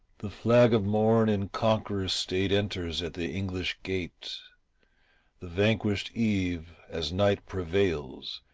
the flag of morn in conqueror's state enters at the english gate the vanquished eve, as night prevails,